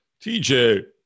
TJ